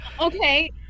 Okay